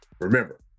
Remember